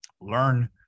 learn